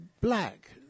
black